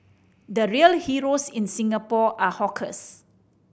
the real heroes in Singapore are hawkers